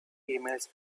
emails